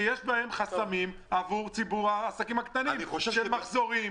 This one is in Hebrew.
יש בהם חסמים עבור ציבור העסקים הקטנים של מחזורים,